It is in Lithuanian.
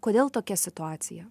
kodėl tokia situacija